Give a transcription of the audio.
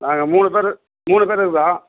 நாங்கள் மூணு பேர் மூணு பேர் இருக்கோம்